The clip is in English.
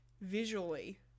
visually